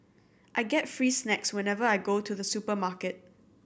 I get free snacks whenever I go to the supermarket